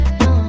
no